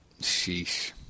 Sheesh